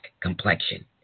complexion